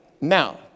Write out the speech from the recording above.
Now